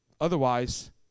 Otherwise